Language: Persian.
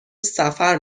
سفر